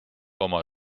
oma